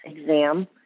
exam